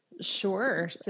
sure